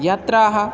यात्राः